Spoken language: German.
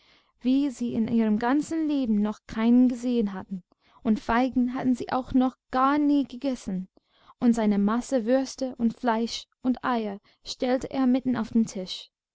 wie sie in ihrem ganzen leben noch keinen gesehen hatten und feigen hatten sie auch noch gar nie gegessen und seine masse würste und fleisch und eier stellte er mitten auf den tisch